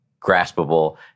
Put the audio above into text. graspable